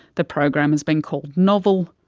the program has been called novel,